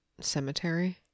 cemetery